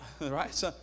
Right